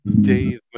Dave